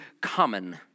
Common